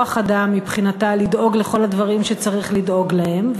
אין לה כוח-אדם מבחינתה לדאוג לכל הדברים שצריך לדאוג להם.